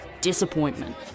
disappointment